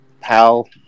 PAL